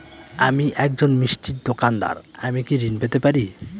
আমি একজন মিষ্টির দোকাদার আমি কি ঋণ পেতে পারি?